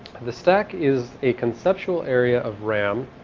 the stack is a conceptual area of ram.